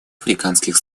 африканских